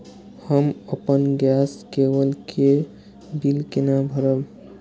हम अपन गैस केवल के बिल केना भरब?